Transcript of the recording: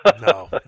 No